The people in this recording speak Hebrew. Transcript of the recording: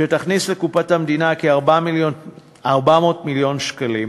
שתכניס לקופת המדינה כ-400 מיליון שקלים.